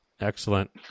Excellent